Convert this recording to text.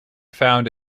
found